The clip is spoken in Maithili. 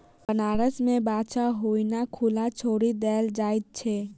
बनारस मे बाछा ओहिना खुला छोड़ि देल जाइत छै